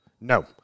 No